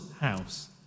house